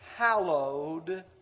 Hallowed